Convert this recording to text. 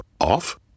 off